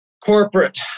corporate